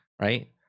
right